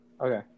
Okay